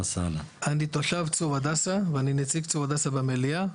אני תושב צור הדסה, ואני נציג צור הדסה במליאה.